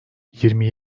yirmi